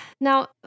Now